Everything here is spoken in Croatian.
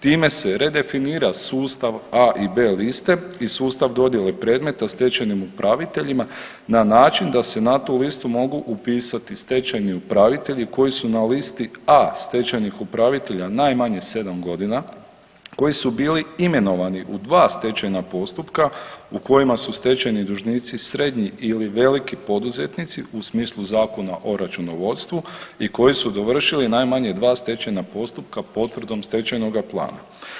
Time se redefinira sustav A i B liste i sustav dodjele predmeta stečajnim upraviteljima na način da se na tu listu mogu upisati stečajni upravitelji koji su na listi A stečajnih upravitelja najmanje 7 godina, koji su bili imenovani u 2 stečajna postupka u kojima su stečajni dužnici srednji ili veliki poduzetnici u smislu Zakona o računovodstvu i koji su dovršili najmanje 2 stečajna postupka potvrdom stečajnoga plana.